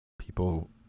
people